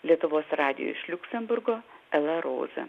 lietuvos radijui iš liuksemburgo ela roze